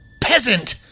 peasant